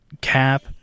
cap